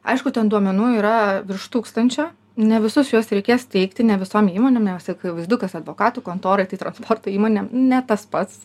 aišku ten duomenų yra virš tūkstančio ne visus juos reikės teikti ne visom įmonėms ne akivaizdu kas advokatų kontorai tai transporto įmonėm ne tas pats